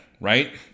right